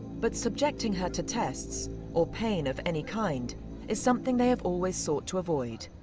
but subjecting her to tests or pain of any kind is something they have always sought to avoid.